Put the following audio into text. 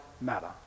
matter